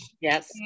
yes